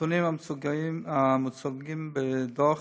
הנתונים המוצגים בדוח